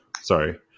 sorry